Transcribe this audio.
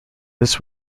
this